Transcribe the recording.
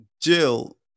Jill